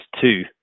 two